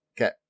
Okay